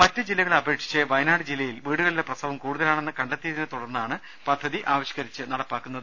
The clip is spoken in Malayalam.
മറ്റു ജില്ലകളെ അപേക്ഷിച്ച് വയനാട് ജില്ലയിൽ വീടുകളിലെ പ്രസവം കൂടുതലാണെന്ന് കണ്ടെ ത്തിയതിനെ തുടർന്നാണ് പദ്ധതി ആവിഷ്കരിച്ച് നടപ്പാക്കുന്നത്